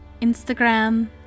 Instagram